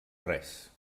res